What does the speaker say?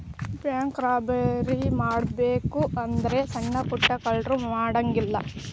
bank robbery ಮಾಡ್ಬೆಕು ಅಂದ್ರ ಸಣ್ಣಾ ಪುಟ್ಟಾ ಕಳ್ರು ಮಾಡಂಗಿಲ್ಲಾ